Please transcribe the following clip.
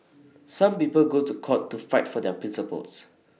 some people go to court to fight for their principles